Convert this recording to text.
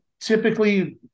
typically